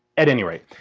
at any rate,